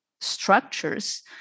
structures